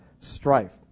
strife